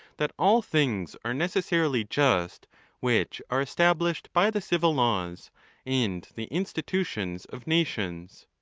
that all things are necessarily just which are established by the civil laws and the institutions of nations.